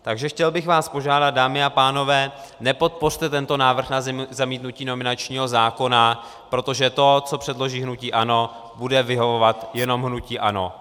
Takže bych vás chtěl požádat, dámy a pánové, nepodpořte tento návrh na zamítnutí nominačního zákona, protože to, co předloží hnutí ANO, bude vyhovovat jenom hnutí ANO.